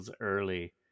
early